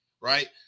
right